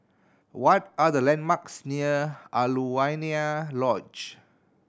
what are the landmarks near Alaunia Lodge